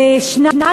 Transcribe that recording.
בשנת